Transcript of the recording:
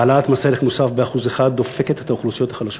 העלאת מס ערך מוסף ב-1% דופקת את האוכלוסיות החלשות.